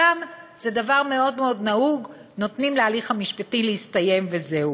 גם זה דבר מאוד מאוד נהוג: נותנים להליך המשפטי להסתיים וזה,